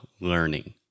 learning